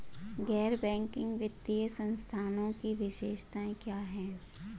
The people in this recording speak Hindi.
गैर बैंकिंग वित्तीय संस्थानों की विशेषताएं क्या हैं?